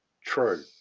True